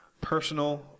personal